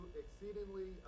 exceedingly